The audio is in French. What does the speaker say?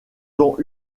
ont